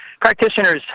Practitioners